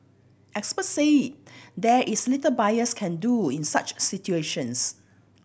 experts said there is little buyers can do in such situations